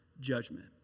judgment